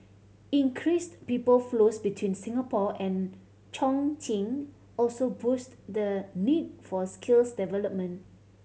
increased people flows between Singapore and Chongqing also boost the need for skills development